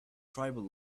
tribal